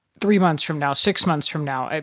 three months from now, six months from now, ah